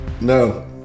No